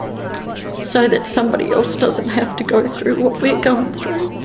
so that somebody else doesn't have to go through what we're going through.